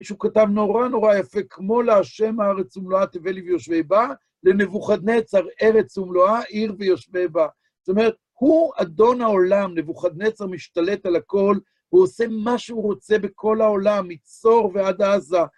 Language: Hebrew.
כשהוא כתב, נורא נורא יפה, כמו לה' הארץ ומלואה תבל ויושבי בה, לנבוכדנצר, ארץ ומלואה, עיר ויושבי בה. זאת אומרת, הוא אדון העולם, נבוכדנצר משתלט על הכול, הוא עושה מה שהוא רוצה בכל העולם, מצור ועד עזה.